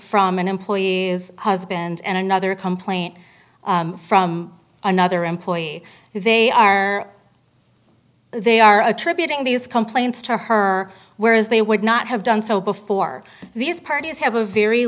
from an employee is husband and another complaint from another employee they are they are attributing these complaints to her whereas they would not have done so before these parties have a very